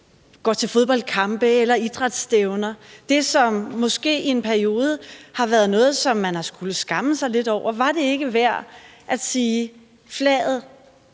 går til fodboldkampe eller idrætsstævner; det, som måske i en periode har været noget, som man har skullet skamme sig lidt over? Var det ikke værd at sige, at flaget